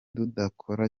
tudakora